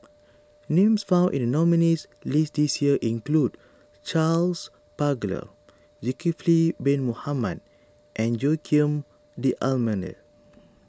names found in the nominees' list this year include Charles Paglar Zulkifli Bin Mohamed and Joaquim D'Almeida